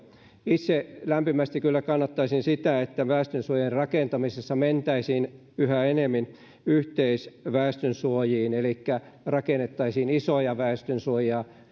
itse lämpimästi kyllä kannattaisin sitä että väestönsuojien rakentamisessa mentäisiin yhä enemmän yhteisväestönsuojiin elikkä rakennettaisiin isoja väestönsuojia